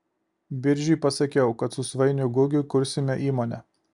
biržiui pasakiau kad su svainiu gugiu kursime įmonę